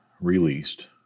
released